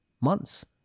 months